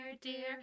dear